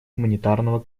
гуманитарного